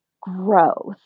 growth